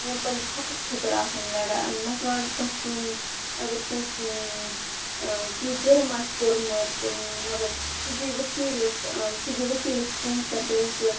یِم پنٛنِس حَقَس خٲطرٕ آسان لَڑان مثلاً کانٛہہ کٲم اگر کٲنٛسہِ کینٛہہ جُرُم آسہِ کوٚرمُت مطلب سُہ دی ؤکیٖلَس سُہ دی ؤکیٖلَس پونٛسہٕ دَپٮ۪س